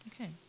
Okay